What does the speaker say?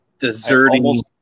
deserting